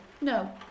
No